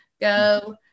go